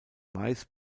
mais